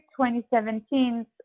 2017